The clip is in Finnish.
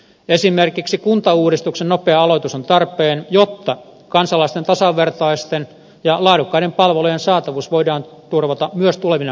esimerkiksi kuntauudistuksen nopea aloitus on tarpeen jotta kansalaisten tasavertaisten ja laadukkaiden palvelujen saatavuus voidaan turvata myös tulevina vuosina